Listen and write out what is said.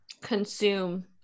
consume